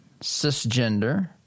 Cisgender